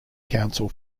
council